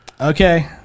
Okay